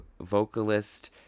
vocalist